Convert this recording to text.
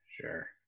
Sure